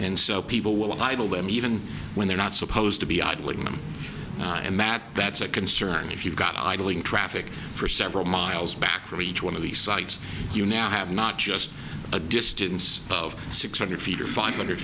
and so people will idle them even when they're not supposed to be idling them mad that's a concern if you've got idling traffic for several miles back from each one of the sites you now have not just a distance of six hundred feet or five hundred